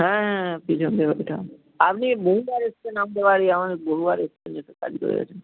হ্যাঁ হ্যাঁ হ্যাঁ পিছন দিকের বাড়িটা আপনি বহুবার এসেছেন আমাদের বাড়ি বহুবার এসেছেন এসে কাজ করে গেছেন